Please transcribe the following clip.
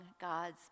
God's